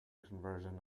conversion